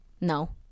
No